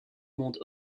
monde